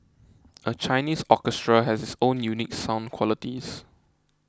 a Chinese orchestra has its own unique sound qualities